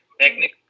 technically